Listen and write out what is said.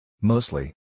Mostly